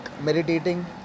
meditating